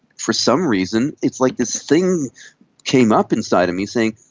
for some reason, it's like this thing came up inside and me saying,